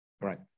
Right